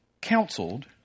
counseled